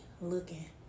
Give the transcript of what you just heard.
looking